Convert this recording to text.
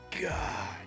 God